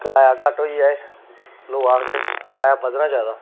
कराया घट्ट होई जाए लोग आखदे न कराया बधना चाहिदा